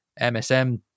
msm